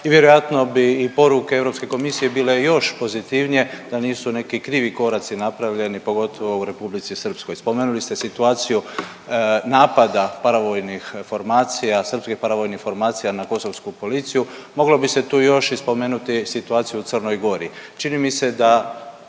i vjerojatno bi i poruke Europske komisije bile još pozitivnije da nisu neki krivi koraci napravljeni pogotovo u Republici Srpskoj. Spomenuli ste situaciju napada paravojnih formacija, srpskih paravojnih formacija na kosovsku policiju. Moglo bi se tu još i spomenuti situaciju u Crnoj Gori. Čini mi se da